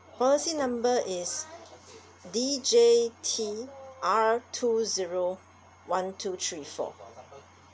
policy number is D J T R two zero one two three four